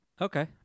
Okay